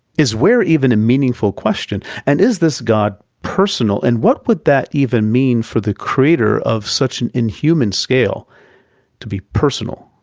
is where even a meaningful question? and is this god personal, and what would that even mean for the creator of such an inhuman scale to be personal?